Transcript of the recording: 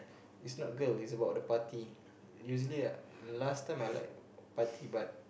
is not girl is about the party usually I last time I like party but